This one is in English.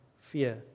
fear